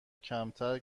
کمتر